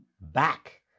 back